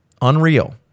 Unreal